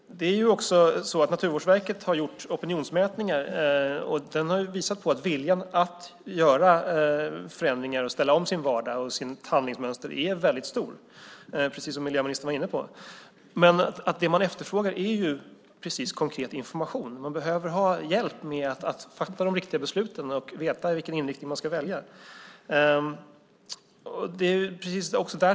Naturvårdsverket har gjort opinionsmätningar. De har visat att viljan att göra förändringar och ställa om sin vardag och sitt handlingsmönster är väldigt stor, precis som miljöministern var inne på. Man efterfrågar konkret information. Man behöver hjälp med att fatta de riktiga besluten och vilken inriktning man ska välja.